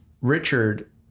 richard